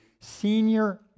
senior